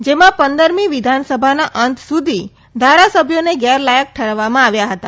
જેમાં પંદરમી વિધાનસભાના અંત સુધી ધારાસભ્યોને ગેરલાયક ઠેરવવામાં આવ્યા હતા